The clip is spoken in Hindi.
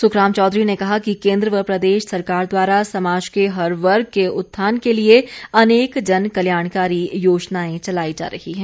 सुखराम चौधरी ने कहा कि केंद्र व प्रदेश सरकार द्वारा समाज के हर वर्ग के उत्थान के लिए अनेक जन कल्याणकारी योजनाएं चलाई जा रही हैं